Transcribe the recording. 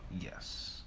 Yes